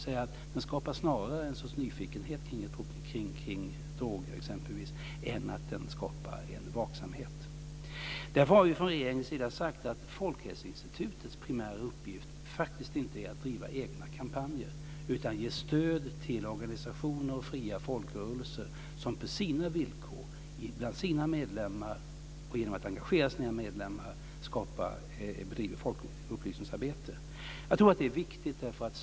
Den skapar snarare en sorts nyfikenhet kring exempelvis droger än att den skapar en vaksamhet. Därför har vi från regeringens sida sagt att Folkhälsoinstitutets primära uppgift inte är att driva egna kampanjer utan att ge stöd till organisationer och fria folkrörelser som på sina villkor och bland sina medlemmar, och genom att engagera sina medlemmar, bedriver folkupplysningsarbete. Jag tror att det är viktigt.